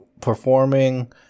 performing